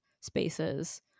spaces